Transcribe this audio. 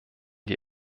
die